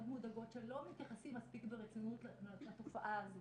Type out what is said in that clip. מודאגות שלא מתייחסים מספיק ברצינות לתופעה הזאת.